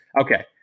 Okay